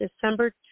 December